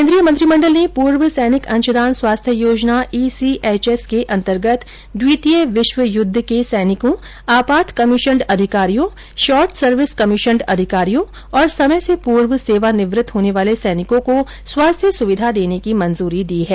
केंद्रीय मंत्रिमंडल ने पूर्व सैनिक अंशदान स्वास्थ्य योजना ईसीएचएस के अंतर्गत द्वितीय विश्व युद्ध के सैनिकों आपात कमीशंड अधिकारियों शॉर्ट सर्विस कमीशंड अधिकारियों तथा समय से पूर्व सेवानिवृत्त होने वाले सैनिकों को स्वास्थ्य सुविधा देने की मंजूरी दी है